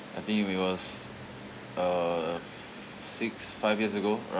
I think it was uh six five years ago around